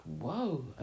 whoa